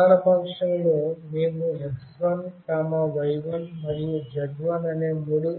ప్రధాన ఫంక్షన్లో మేము x1 y1 మరియు z1 అనే మూడు